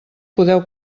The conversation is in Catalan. podeu